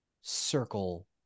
circle